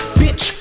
bitch